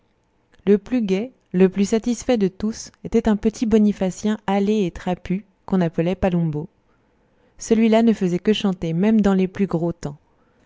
le plus gai le plus satisfait de tous était un petit bonifacien hâlé et trapu qu'on appelait palombo celui-là ne faisait que chanter même dans les plus gros temps